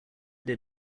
did